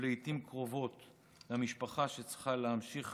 ולעיתים קרובות למשפחה, שצריכה להמשיך